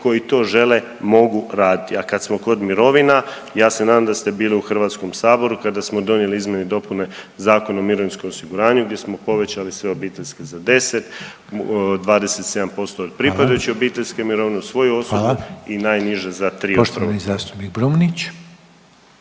koji to žele mogu raditi. A kad smo kod mirovina ja se nadam da ste bili u Hrvatskom saboru kada smo donijeli izmjene i dopune Zakona o mirovinskog osiguranju gdje smo povećali sve obiteljske za 10, 27% od pripadajuće obiteljske mirovine uz svoju osobnu i najniža za …/Govornik se ne